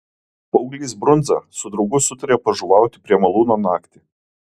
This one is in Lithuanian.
paauglys brundza su draugu sutarė pažuvauti prie malūno naktį